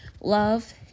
love